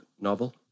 novel